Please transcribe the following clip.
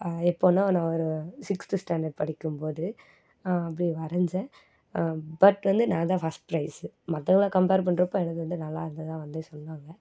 எப்போனா நான் ஒரு சிக்ஸ்த்து ஸ்டாண்டர்ட் படிக்கும் போது அப்படி வரைஞ்சேன் பட் வந்து நான்தான் ஃபஸ்ட் பிரைஸு மற்றவங்கள கம்பேர் பண்ணுறப்ப என்னுது வந்து நல்லா இருந்ததாக வந்து சொன்னாங்க